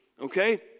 okay